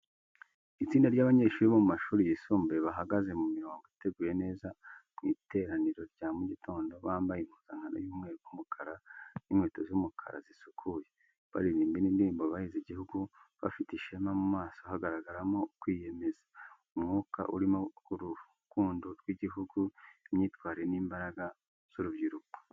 Itsinda ry’abanyeshuri bo mu mashuri yisumbuye bahagaze mu mirongo iteguye neza mu iteraniro rya mu gitondo, bambaye impuzankano y’umweru n’umukara n’inkweto z’umukara zisukuye. Baririmba indirimbo y’igihugu bafite ishema, mu maso hagaragaramo kwiyemeza. Umwuka urimo urukundo rw’igihugu, imyitwarire n’imbaraga z’urubyiruko.